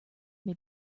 may